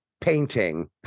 painting